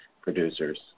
producers